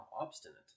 obstinate